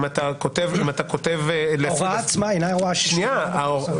אם אתה כותב --- ההוראה עצמה אינה הוראה משוריינת.